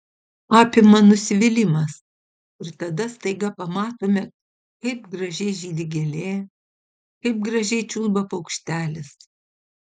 apima nusivylimas ir tada staiga pamatome kaip gražiai žydi gėlė kaip gražiai čiulba paukštelis